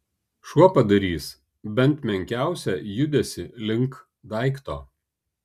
šuo padarys bent menkiausią judesį link daikto